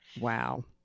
Wow